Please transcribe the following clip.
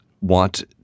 want